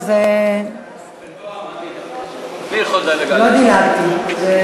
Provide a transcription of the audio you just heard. לא דילגתי, זה